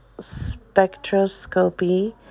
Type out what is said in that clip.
spectroscopy